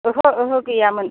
ओहो ओहो गैयामोन